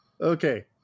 Okay